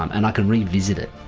and i can revisit it.